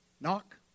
knock